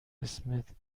اسمت